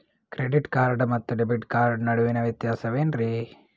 Credit card ಮತ್ತು debit card ನಡುವಿನ ವ್ಯತ್ಯಾಸ ವೇನ್ರೀ?